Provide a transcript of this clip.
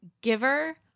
giver